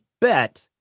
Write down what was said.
bet